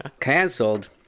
Cancelled